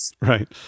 Right